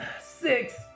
Six